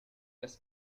this